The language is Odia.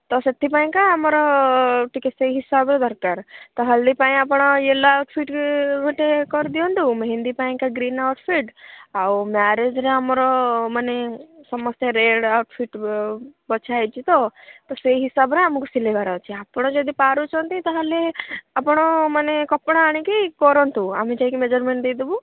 ତ ସେଥିପାଇଁ କା ଆମର ଟିକିଏ ସେଇ ହିସାବରେ ଦରକାର ତ ହଳଦୀ ପାଇଁ ଆପଣ ୟେଲୋ ଆଉଟଫିଟ୍ ଗୋଟେ କରିଦିଅନ୍ତୁ ମେହେନ୍ଦୀ ପାଇଁକା ଗ୍ରୀନ୍ ଆଉଟଫିଟ୍ ଆଉ ମ୍ୟାରେଜରେ ଆମର ମାନେ ସମସ୍ତେ ରେଡ଼ ଆଉଟଫିଟ୍ ବଛା ହେଇଛି ତ ତ ସେଇ ହିସାବରେ ଆମକୁ ସିଲେଇବାର ଅଛି ଆପଣ ଯଦି ପାରୁଛନ୍ତି ତାହେଲେ ଆପଣମାନେ କପଡ଼ା ଆଣିକି କରନ୍ତୁ ଆମେ ଯାଇକି ମେଜରମେଣ୍ଟ ଦେଇ ଦେବୁ